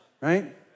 right